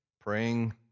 praying